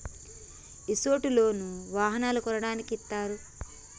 ఇసొంటి లోన్లు వాహనాలను కొనడానికి ఇత్తారు